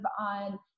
on